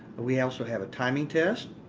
but we also have a timing test